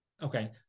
Okay